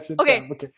okay